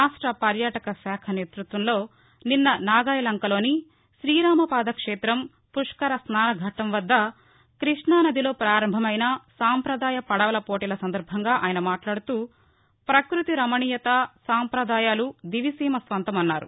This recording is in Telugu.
రాష్ట పర్యాటక శాఖ నేతృత్వంలో నిన్న నాగాయలంకలోని తీరామపాదక్షేతం పుష్కర స్నానఘట్లం వద్ద కృష్ణానదిలో ప్రారంభమైన సంప్రదాయ పడవల పోటీల సందర్భంగా ఆయన మాట్లాడుతూ ప్రకృతి రమణీయత సంపదాయాలు దివిసీమ స్వంతం అన్నారు